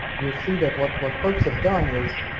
youill see that what what folks have done is,